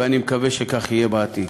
ואני מקווה שכך יהיה בעתיד.